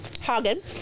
Hagen